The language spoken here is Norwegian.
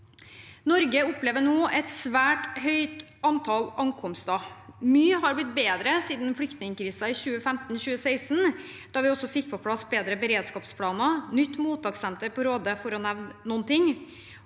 Norge opplever nå et svært høyt antall ankomster. Mye har blitt bedre siden flyktningkrisen i 2015/2016, da vi også fikk på plass bedre beredskapsplaner og nytt mottakssenter på Råde, for å nevne noe.